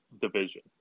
division